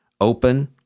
open